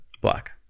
Black